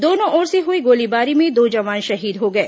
दोनों ओर से हुई गोलीबारी में दो जवान शहीद हो गए